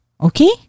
Okay